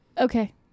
Okay